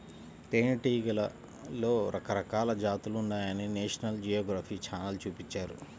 తేనెటీగలలో రకరకాల జాతులున్నాయని నేషనల్ జియోగ్రఫీ ఛానల్ చూపించారు